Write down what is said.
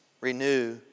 Renew